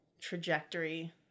trajectory